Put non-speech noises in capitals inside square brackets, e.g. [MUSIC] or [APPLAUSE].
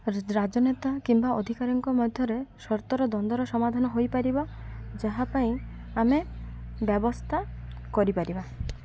[UNINTELLIGIBLE] ରାଜନେତା କିମ୍ବା ଅଧିକାରୀଙ୍କ ମଧ୍ୟରେ ସର୍ତ୍ତର ଦ୍ଵନ୍ଦ୍ୱର ସମାଧାନ ହୋଇପାରିବ ଯାହା ପାଇଁ ଆମେ ବ୍ୟବସ୍ଥା କରିପାରିବା